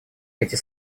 эти